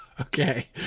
Okay